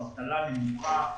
אבטלה נמוכה,